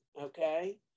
okay